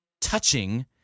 touching